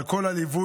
על כל הליווי